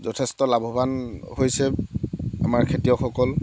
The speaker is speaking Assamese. যথেষ্ট লাভৱান হৈছে আমাৰ খেতিয়কসকল